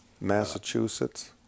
Massachusetts